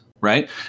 Right